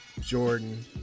Jordan